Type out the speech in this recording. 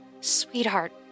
Sweetheart